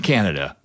Canada